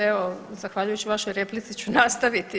Evo zahvaljujući vašoj replici ću nastaviti.